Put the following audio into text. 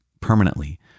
permanently